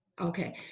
Okay